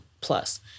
Plus